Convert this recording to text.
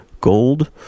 Gold